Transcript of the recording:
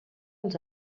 els